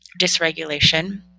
dysregulation